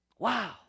Wow